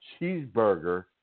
cheeseburger